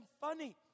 funny